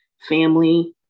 family